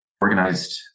organized